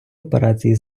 операції